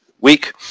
week